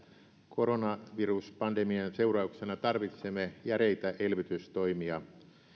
koronaviruspandemian seurauksena tarvitsemme järeitä elvytystoimia